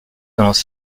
dans